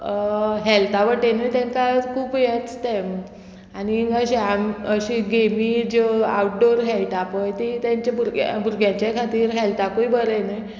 हेल्था वटेनूय तांकां खूब हेंच ते आनीक अशें आम अशी गेमी ज्यो आवटडोर खेळटा पळय ती तेंचे भुरग्यां भुरग्यांच्या खातीर हेल्थाकूय बरें न्हय